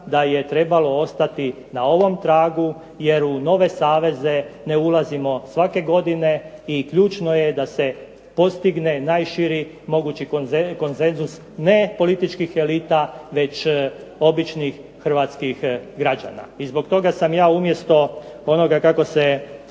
da je trebalo ostati na ovom tragu jer u nove saveze ne ulazimo svake godine i ključno je da se postigne najširi mogući konsenzus ne političkih elita već običnih hrvatskih građana. I zbog toga sam ja umjesto onoga kako se